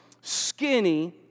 skinny